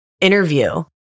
interview